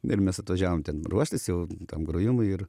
ir mes atvažiavom ten ruoštis jau tam grojimui ir